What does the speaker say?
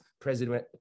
President